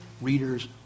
readers